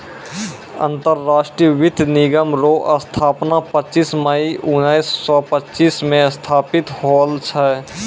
अंतरराष्ट्रीय वित्त निगम रो स्थापना पच्चीस मई उनैस सो पच्चीस मे स्थापित होल छै